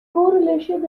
correlation